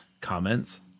comments